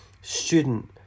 student